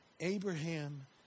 Abraham